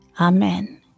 Amen